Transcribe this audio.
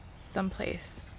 Someplace